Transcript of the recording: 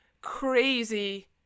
crazy